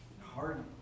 hard